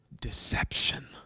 deception